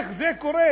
איך זה קורה?